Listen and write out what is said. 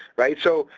right so,